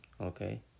Okay